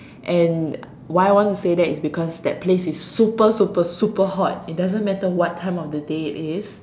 and why I want to say that is because that place is super super super hot it doesn't matter what time of the day it is